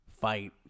fight